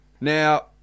Now